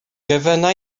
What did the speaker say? gofynna